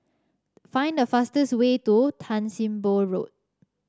find the fastest way to Tan Sim Boh Road